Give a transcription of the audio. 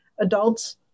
adults